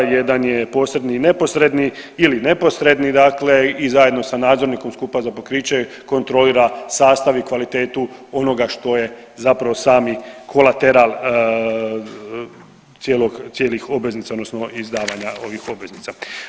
Jedan je posredni i neposredni ili neposredni i zajedno sa nadzornikom skupa za pokriće kontrolira sastav i kvalitetu onoga što je zapravo sami kolateral cijelih obveznica, odnosno izdavanja ovih obveznica.